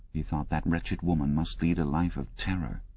he thought, that wretched woman must lead a life of terror.